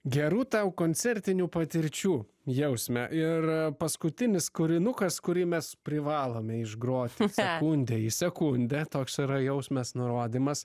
gerų tau koncertinių patirčių jausme ir paskutinis kūrinukas kurį mes privalome išgroti sekundė į sekundę toks yra jausmės nurodymas